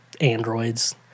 androids